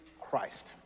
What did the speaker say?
Christ